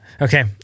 Okay